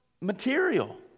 material